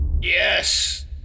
yes